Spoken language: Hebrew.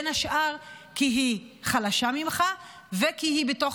בין השאר כי היא חלשה ממך וכי היא בתוך